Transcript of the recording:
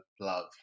love